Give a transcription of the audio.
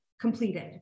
completed